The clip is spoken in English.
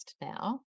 now